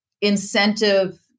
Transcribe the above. incentive